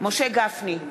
משה גפני,